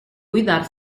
buidar